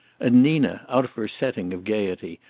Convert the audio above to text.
and nina out of her setting of gaiety,